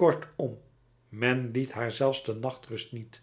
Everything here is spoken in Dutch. kortom men liet haar zelfs de nachtrust niet